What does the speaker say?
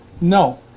no